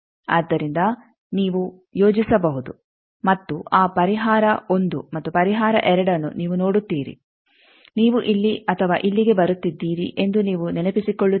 ಆದ್ದರಿಂದ ನೀವು ಯೋಜಿಸಬಹುದು ಮತ್ತು ಆ ಪರಿಹಾರ 1 ಮತ್ತು ಪರಿಹಾರ 2ಅನ್ನು ನೀವು ನೋಡುತ್ತೀರಿ ನೀವು ಇಲ್ಲಿ ಅಥವಾ ಇಲ್ಲಿಗೆ ಬರುತ್ತಿದ್ದೀರಿ ಎಂದು ನೀವು ನೆನಪಿಸಿಕೊಳ್ಳುತ್ತೀರಿ